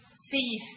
see